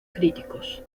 críticos